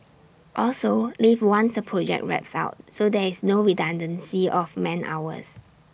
also leave once A project wraps up so there is no redundancy of man hours